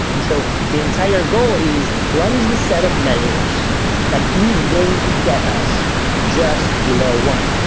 and so the entire goal is what is the set of measures that is going to get us to just below one?